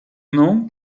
known